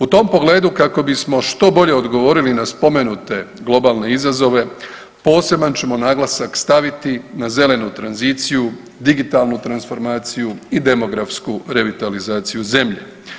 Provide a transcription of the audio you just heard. U tom pogledu kako bismo što bolje odgovorili na spomenute globalne izazove poseban ćemo naglasak staviti na zelenu tranziciju, digitalnu transformaciju i demografsku revitalizaciju zemlje.